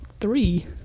three